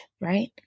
right